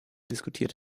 diskutiert